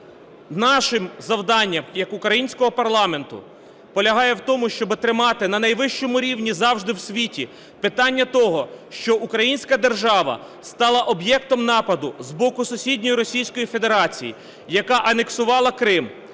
нашим завдання як українського парламенту полягає в тому, щоб тримати на найвищому рівні завжди в світі питання того, що українська держава стала об'єктом нападу з боку сусідньої Російської Федерації, яка анексувала Крим,